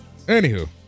Anywho